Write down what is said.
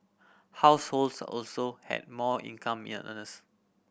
households also had more income ear earners